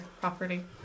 properly